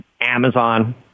Amazon